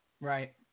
Right